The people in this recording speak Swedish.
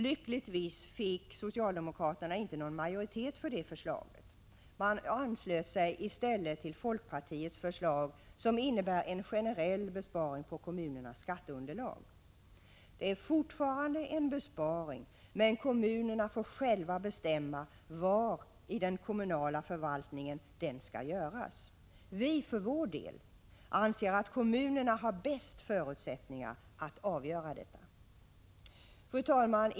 Lyckligtvis fick socialdemokraterna inte någon majoritet för det förslaget. Man anslöt sig i stället till folkpartiets förslag, som innebär en generell besparing på kommunernas skatteunderlag. Det är fortfarande fråga om en besparing, men kommunerna får själva bestämma var i den kommunala förvaltningen besparingen skall göras. Vi för vår del anser att kommunerna har de bästa förutsättningarna att avgöra detta. Fru talman!